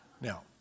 Now